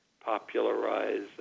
popularize